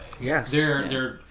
Yes